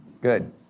Good